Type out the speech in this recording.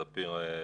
ספיר,